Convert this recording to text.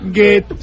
get